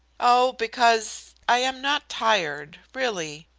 oh, because i am not tired, really.